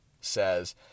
says